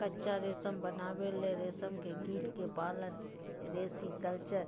कच्चा रेशम बनावे ले रेशम के कीट के पालन सेरीकल्चर